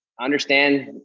understand